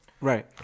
Right